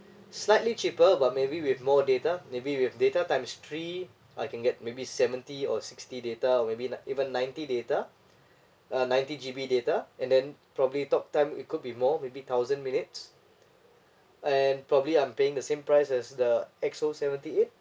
slightly cheaper but maybe with more data maybe with data times three I can get maybe seventy or sixty data or maybe like even ninety data uh ninety G_B data and then probably talk time it could be more maybe thousand minutes and probably I'm paying the same price as the X_O seventy eight